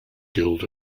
guild